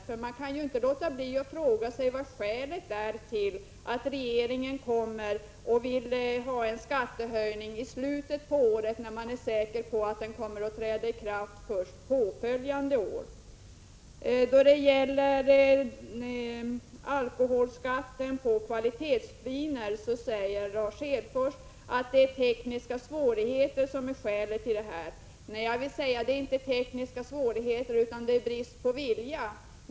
Man kan nämligen inte underlåta att fråga sig vilket skälet är till att regeringen i slutet av året vill införa en skattehöjning som inte kommer att träda i kraft förrän påföljande år. Då det gäller alkoholskatten på kvalitetsviner säger Lars Hedfors att det är tekniska svårigheter som är skälet till att utskottsmajoriteten har avstyrkt förslaget. Jag vill säga att det inte är fråga om tekniska svårigheter utan om brist på vilja.